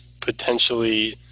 potentially